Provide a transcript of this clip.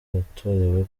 watorewe